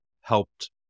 helped